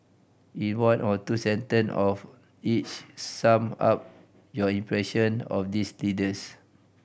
in one or two sentence of each sum up your impression of these leaders